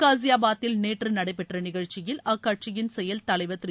காஸியாபாத்தில் நேற்று நடைபெற்ற நிகழ்ச்சியில் அக்கட்சியின் செயல் தலைவர் திரு